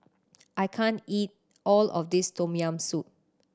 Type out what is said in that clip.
I can't eat all of this Tom Yam Soup